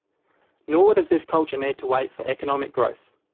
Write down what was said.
nor does this culture need to wait for economic growth.